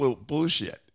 bullshit